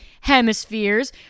hemispheres